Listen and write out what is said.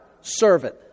servant